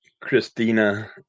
Christina